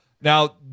Now